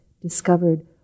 discovered